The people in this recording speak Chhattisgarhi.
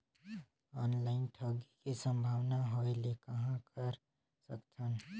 ऑनलाइन ठगी के संभावना होय ले कहां कर सकथन?